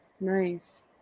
Nice